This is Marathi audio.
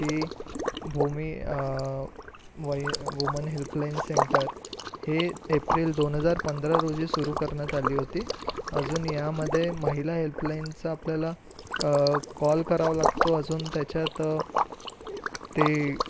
की वुमी वाई वुमन हेल्पलाईन सेंटर हे एप्रिल दोन हजार पंधरा रोजी सुरू करण्यात आली होती अजून यामध्ये महिला हेल्पलाईनचा आपल्याला कॉल करावा लागतो अजून त्याच्यात ते